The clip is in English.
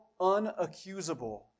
unaccusable